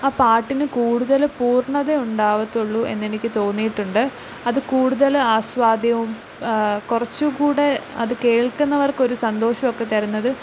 ആ പാട്ടിന് കൂടുതൽ പൂർണ്ണത ഉണ്ടാവത്തുള്ളൂ എന്നെനിക്ക് തോന്നിയിട്ടുണ്ട് അത് കൂടുതൽ ആസ്വാദ്യവും കുറച്ച് കൂടെ അത് കേൾക്കുന്നവർക്കൊരു സന്തോഷമൊക്കെ തരുന്നത്